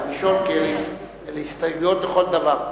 אני חייב לשאול, כי אלה הסתייגויות לכל דבר.